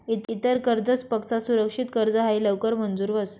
इतर कर्जसपक्सा सुरक्षित कर्ज हायी लवकर मंजूर व्हस